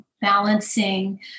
Balancing